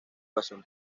pasión